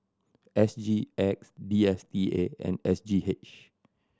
S G X D S T A and S G H